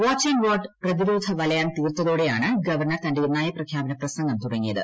watch and ward പ്രതിരോധ വലയം തീർത്തതോടെയാണ് ഗവർണർ തന്റെ നയപ്രഖ്യാപന പ്രസംഗം തുടങ്ങിയത്